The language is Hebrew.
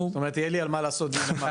זאת אומרת שיהיה לי על מה לעשות דיוני מעקב.